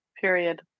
Period